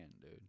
dude